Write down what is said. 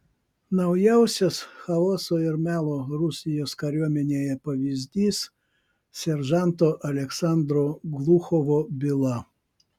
naujausias chaoso ir melo rusijos kariuomenėje pavyzdys seržanto aleksandro gluchovo byla